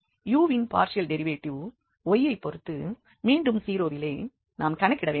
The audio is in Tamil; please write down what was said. u வின் பார்ஷியல் டெரிவேட்டிவ் y யைப் பொறுத்து மீண்டும் 0 விலே நாம் கணக்கிட வேண்டும்